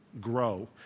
grow